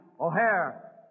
O'Hare